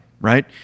Right